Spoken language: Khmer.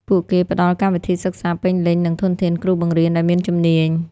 ពួកគេផ្តល់កម្មវិធីសិក្សាពេញលេញនិងធនធានគ្រូបង្រៀនដែលមានជំនាញ។